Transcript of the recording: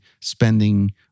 spending